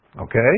Okay